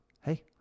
Hey